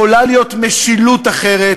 יכולה להיות משילות אחרת,